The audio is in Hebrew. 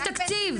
יש תקציב.